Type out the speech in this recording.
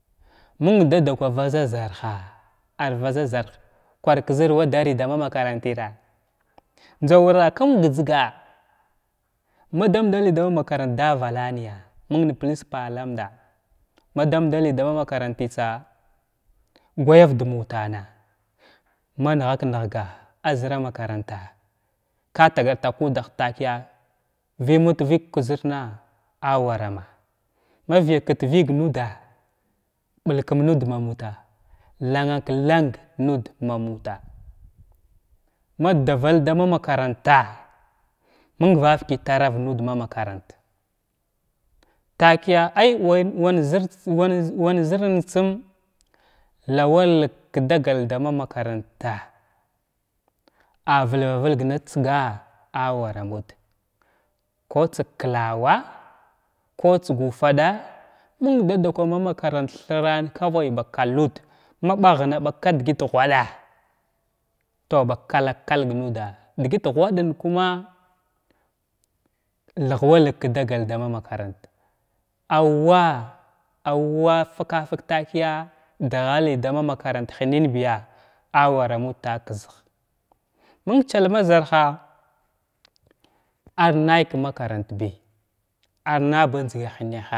Məng dadakwa vaza zarha ar vaza zarha kwar k zər wa daləy da ma makarantra njza wura kum gəjzga ma am daləy dama makarant davalanga’a məng principal amda ma damdaləy dama makarantitsa gyar da mutana ma nghat nəhga agha zəra makaranta ka tagar tag kudah takəya vəmət vəg k zərna a warama ma vəyakit vəg muda’a ɓulkum nud ma muta lanak-lang nuda ma muta ma daval dama makaranta məng va vakəy trav nuda mamakerahta takəya ay way wan zər wan zərts wan zəntsum lawa ləg ka dagal dama makarata a valava vəlg na tsga a wara muda ko tsg klava, ko tsg ufaɗa məng dada kwa ma makarant thran kaway ba kalud ma ɓaghəna ɓag ki dəgət ghwaɗa tow ba kalag kalg nuda dəgət ghwaɗan kuma thathwaləg dagal dama makaranta awa awa fkafik takəya daghələy dama makarant hənan biya awara mudta kshgha məng tkadma zarha ar nay k makarantbiya ar naba njzga hənaha.